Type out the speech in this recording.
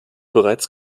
bereits